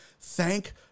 Thank